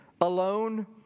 alone